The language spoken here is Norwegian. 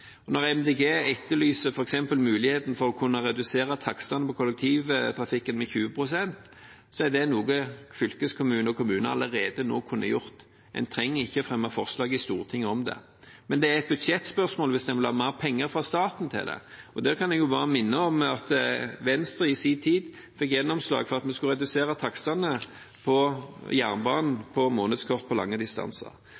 virkemidler. Når Miljøpartiet etterlyser f.eks. muligheten for å kunne redusere takstene på kollektivtrafikken med 20 pst., er det noe fylkeskommunen og kommunen allerede kunne gjort. En trenger ikke fremme forslag i Stortinget om det. Men det er et budsjettspørsmål hvis en vil ha mer penger fra staten til det. Der kan jeg bare minne om at Venstre i sin tid fikk gjennomslag for at vi skulle redusere takstene på